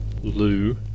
Lou